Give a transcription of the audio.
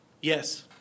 Yes